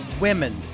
women